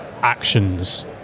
actions